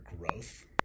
growth